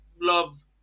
love